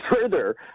further